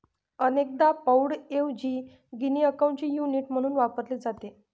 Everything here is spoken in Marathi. अनेकदा पाउंडऐवजी गिनी अकाउंटचे युनिट म्हणून वापरले जाते